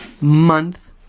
month